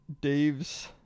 Dave's